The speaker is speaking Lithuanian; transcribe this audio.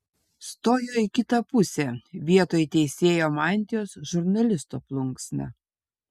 stojo į kitą pusę vietoj teisėjo mantijos žurnalisto plunksna